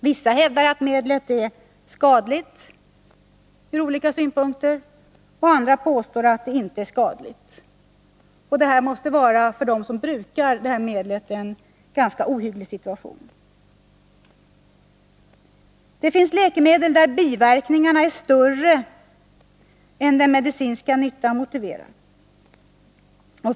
Vissa hävdar att medlet är skadligt ur olika synpunkter, medan andra påstår att det inte är skadligt. Detta måste för dem som brukar detta medel vara en ohygglig situation. Det finns läkemedel vars biverkningar är större än den medicinska nyttan motiverar.